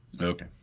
Okay